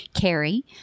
Carrie